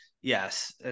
yes